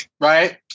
right